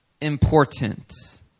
important